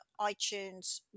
iTunes